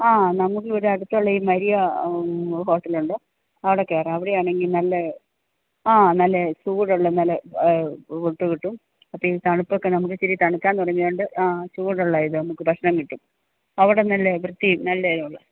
ആ നമ്മൾക്ക് ഇവടെ അടുത്തുള്ള ഈ മരിയ ഹോട്ടൽ ഉണ്ട് അവിടെ കയറാം അവിടെ ആണെങ്കിൽ നല്ല ആ നല്ല ചൂടുള്ള നല്ല ഫുഡ് കിട്ടും ഒത്തിരി തണുപ്പൊക്കെ നമുക്ക് ഇച്ചിരി തണുക്കാൻ തുടങ്ങിയതുകൊണ്ട് ചൂടുളള ഇത് നമ്മൾക്ക് ഭക്ഷണം കിട്ടും അവിടെ നല്ലെ വൃത്തിയും നല്ല ഇതാണ്